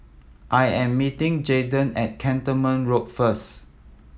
I am meeting Jaden at Cantonment Road first